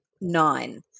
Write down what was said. nine